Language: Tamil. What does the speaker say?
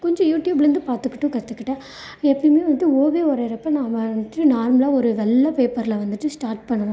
கொஞ்சம் யூடியூப்லேந்து பார்த்துக்கிட்டும் கற்றுக்கிட்டேன் எப்போயுமே வந்துவிட்டு ஓவியம் வரையுறப்ப நான் வந்துட்டு நார்மலாக ஒரு வெள்ளை பேப்பரில் வந்துவிட்டு ஸ்டார்ட் பண்ணணும்